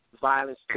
violence